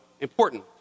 important